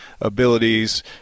abilities